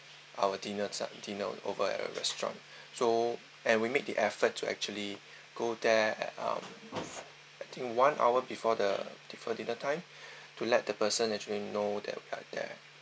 our dinner lah dinner over at your restaurant so and we made the effort to actually go there at uh I think one hour before the before dinner time to let the person actually know that we are there